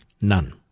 None